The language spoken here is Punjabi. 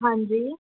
ਹਾਂਜੀ